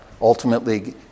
ultimately